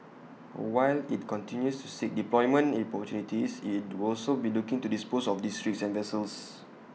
while IT continues to seek deployment opportunities IT will also be looking to dispose of these rigs and vessels